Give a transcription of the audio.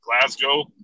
Glasgow